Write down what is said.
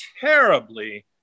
terribly